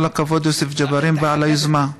כל הכבוד ליוסף ג'בארין על היוזמה.